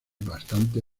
bastante